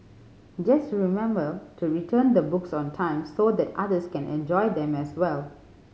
just remember to return the books on time so that others can enjoy them as well